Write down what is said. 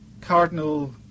Cardinal